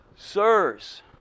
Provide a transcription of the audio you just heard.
Sirs